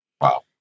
Wow